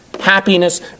Happiness